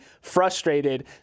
frustrated